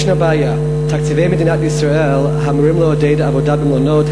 ישנה בעיה: תקציבי מדינת ישראל אמורים לעודד עבודה במעונות,